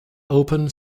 open